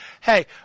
Hey